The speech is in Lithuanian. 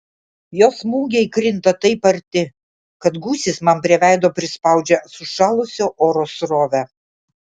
jo smūgiai krinta taip arti kad gūsis man prie veido prispaudžia sušalusio oro srovę